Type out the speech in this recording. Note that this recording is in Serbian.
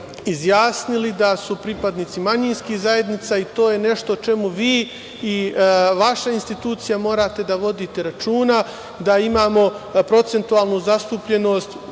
da su pripadnici manjinskih zajednica i to je nešto čemu vi i vaša institucija morate da vodite računa da imamo procentualnu zastupljenost